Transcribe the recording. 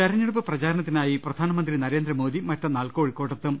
തെരഞ്ഞെടുപ്പ് പ്രചാരണത്തിനായി പ്രധാനമന്ത്രി നരേന്ദ്രമോദി മറ്റന്നാൾ കോഴിക്കോട്ടെത്തും